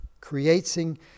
creating